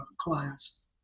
clients